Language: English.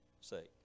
sake